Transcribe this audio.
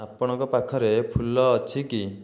ଆପଣଙ୍କ ପାଖରେ ଫୁଲ ଅଛି କି